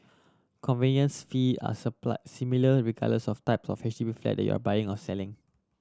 conveyance fee are supply similar regardless of type of H D B flat that you are buying or selling